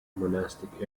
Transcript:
monastic